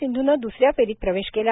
सिंधूनं दुसऱ्या फेरीत प्रवेश केला